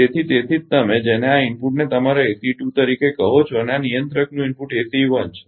તેથી તેથી જ તમે જેને આ ઇનપુટને તમારા ACE 2 તરીકે કહો છો અને આ નિયંત્રકનું ઇનપુટ ACE 1 છે